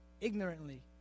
ignorantly